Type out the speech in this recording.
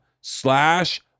slash